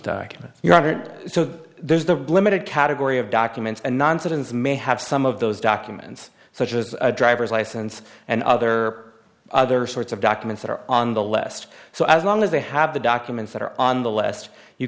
documents you haven't so there's the limited category of documents and non citizens may have some of those documents such as a driver's license and other other sorts of documents that are on the list so as long as they have the documents that are on the list you